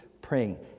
praying